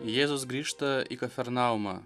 jėzus grįžta į kafarnaumą